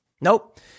Nope